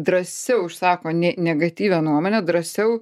drąsiau išsako ne negatyvią nuomonę drąsiau